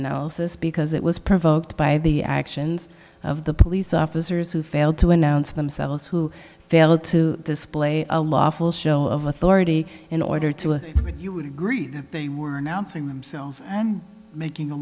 analysis because it was provoked by the actions of the police officers who failed to announce themselves who failed to display a lawful authority in order to if you would agree that they were announcing themselves and making a